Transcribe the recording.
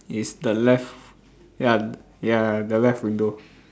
is the left ya ya the left window